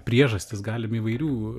priežastis galim įvairių